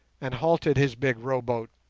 and halted his big row-boat.